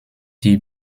die